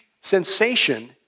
sensation